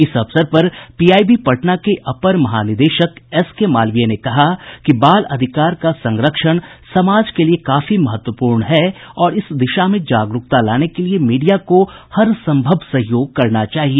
इस अवसर पर पीआईबी पटना के अपर महानिदेशक एसके मालवीय ने कहा कि बाल अधिकार का संरक्षण समाज के लिए काफी महत्वपूर्ण है और इस दिशा में जागरुकता लाने के लिए मीडिया को हर संभव सहयोग करना चाहिए